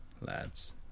lads